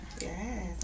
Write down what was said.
Yes